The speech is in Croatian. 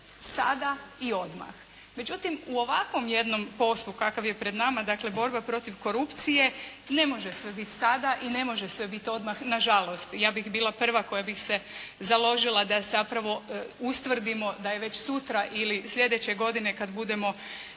sada i odmah. Međutim, u ovakvom jednom poslu kakav je pred nama, dakle borba protiv korupcije, ne može sve biti sada i ne može sve biti odmah nažalost. Ja bih bila prva koja bi se založila da zapravo ustvrdimo da je već sutra ili sljedeće godine kada budemo